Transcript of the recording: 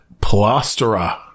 plasterer